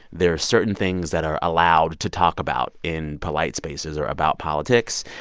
there are certain things that are allowed to talk about in polite spaces or about politics.